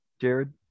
Jared